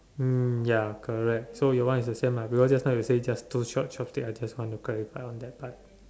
mm ya correct so your one is the same lah because just now you say just two chop~ chopstick I just want to clarify on that part